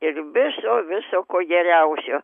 ir viso viso ko geriausio